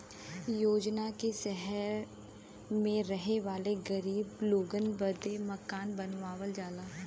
योजना ने सहर मे रहे वाले गरीब लोगन बदे मकान बनावल जाला